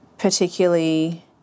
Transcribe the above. particularly